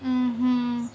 mmhmm